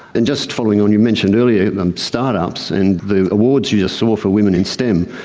and just following on, you mentioned earlier start-ups and the awards you just saw for women in stem,